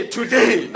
today